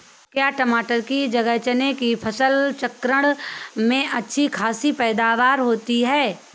क्या मटर की जगह चने की फसल चक्रण में अच्छी खासी पैदावार होती है?